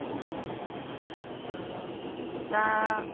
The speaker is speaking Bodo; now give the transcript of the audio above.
अ दा